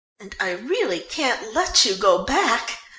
and i really can't let you go back!